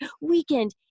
weekend